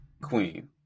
queen